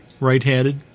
right-handed